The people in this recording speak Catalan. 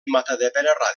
matadepera